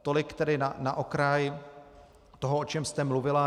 Tolik tedy na okraj toho, o čem jste mluvila.